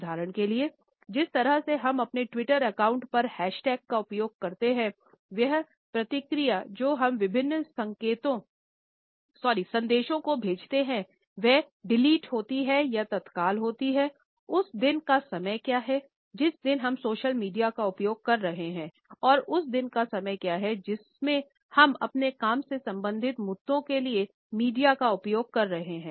उदाहरण के लिए जिस तरह से हम अपने ट्वीटर अकाउंट पर हैश टैग का उपयोग करते हैं वह प्रतिक्रिया जो हम विभिन्न संदेशों को भेजते हैं वह डिलीट होती है या तत्काल होती है उस दिन का समय क्या है जिस दिन हम सोशल मीडिया का उपयोग कर रहे हैं और उस दिन का समय क्या है जिसमें हम अपने काम से संबंधित मुद्दों के लिए मीडिया का उपयोग कर रहे हैं